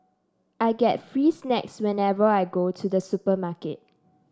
I get free snacks whenever I go to the supermarket